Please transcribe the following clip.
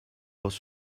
was